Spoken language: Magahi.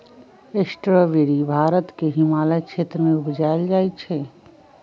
स्ट्रावेरी भारत के हिमालय क्षेत्र में उपजायल जाइ छइ